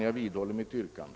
Jag vidhåller mitt yrkande.